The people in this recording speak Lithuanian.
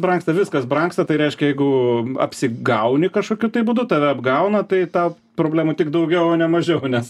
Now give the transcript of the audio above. brangsta viskas brangsta tai reiškia jeigu apsigauni kažkokiu būdu tave apgauna tai tau problemų tik daugiau o ne mažiau nes